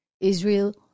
Israel